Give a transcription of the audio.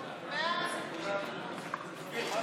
הרפואי, התשפ"ג 2022,